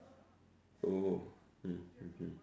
oh mmhmm